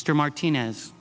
mr martinez